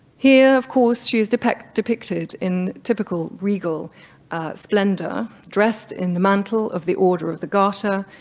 here, of course, she is depicted depicted in typical regal splendor. dressed in the mantle of the order of the garter,